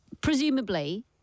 Presumably